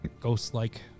ghost-like